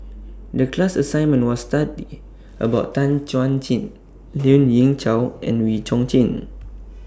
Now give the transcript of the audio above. The class assignment was study about Tan Chuan Jin Lien Ying Chow and Wee Chong Jin